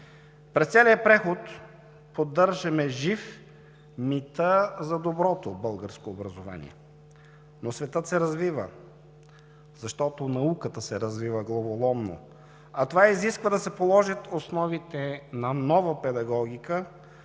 През целия преход поддържаме жив мита за доброто българско образование, но светът се развива, защото науката се развива главоломно, а това изисква да се положат основите на нова педагогика,